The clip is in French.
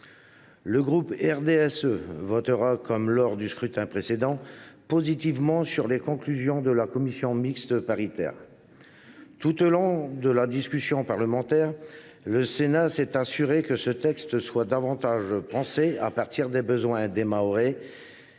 Le groupe du RDSE votera, comme lors du scrutin précédent, les conclusions de la commission mixte paritaire. Tout au long de la discussion parlementaire, le Sénat s’est assuré que ce texte serait le plus possible élaboré à partir des besoins des Mahorais,